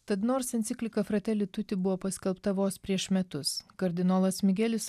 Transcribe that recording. tad nors enciklika frateli tuti buvo paskelbta vos prieš metus kardinolas migelis